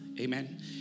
Amen